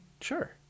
sure